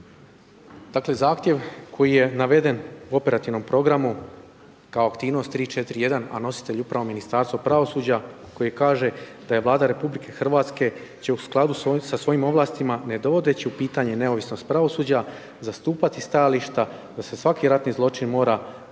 dakle zahtjev koji je naveden u operativnom programu kao aktivnost 3.4.1. a nositelj upravo Ministarstvo pravosuđa koji kaže da je Vlada RH će u skladu sa svojim ovlastima, ne dovodeći u pitanje neovisnost pravosuđa zastupati stajališta da se svaki ratni zločin mora kazniti,